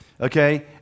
okay